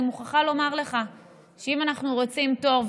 אני מוכרחה לומר לך שאם אנחנו רוצים תור,